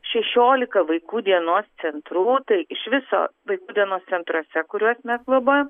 šešiolika vaikų dienos centrų tai iš viso vaikų dienos centruose kuriuos mes globojam